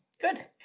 Good